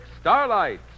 Starlight